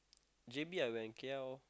J_B I went K_L